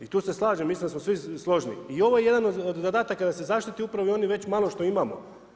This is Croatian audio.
I tu se slažem, mislim da smo svi složni, i ovo je jedan od zadataka da se zaštititi upravo i ono već malo što imamo.